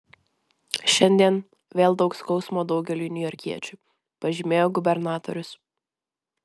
šiandien vėl daug skausmo daugeliui niujorkiečių pažymėjo gubernatorius